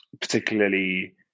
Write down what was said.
particularly